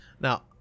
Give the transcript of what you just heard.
now